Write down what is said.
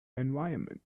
environment